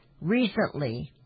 recently